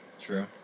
true